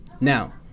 now